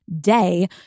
day